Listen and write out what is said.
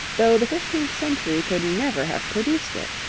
though the fifteenth century could never have produced it.